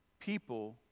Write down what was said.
people